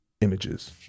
images